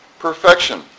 Perfection